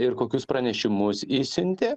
ir kokius pranešimus išsiuntė